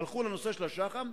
והלכו לנושא של שח"מ.